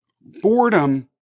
boredom